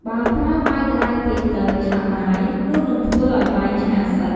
បើប្រើបាយក្តៅពេកទៅឆាបាយ នោះនឹងធ្វើឱ្យបាយឆាស្អិត។